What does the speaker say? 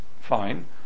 fine